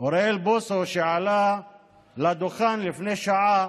אוריאל בוסו, שעלה לדוכן לפני שעה,